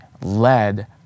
led